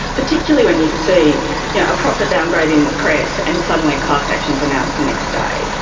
particularly when you see yeah a profit downgrade in the press and suddenly a class action is announced the next day.